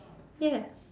ya